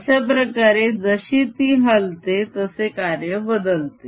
अश्याप्रकारे जशी ती हलते तसे कार्य बदलते